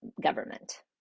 government